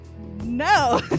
No